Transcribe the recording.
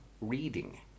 reading